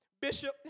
bishop